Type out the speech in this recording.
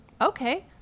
Okay